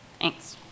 Thanks